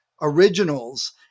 originals